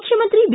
ಮುಖ್ಯಮಂತ್ರಿ ಬಿ